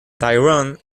tyrion